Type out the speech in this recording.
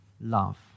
love